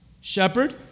Shepherd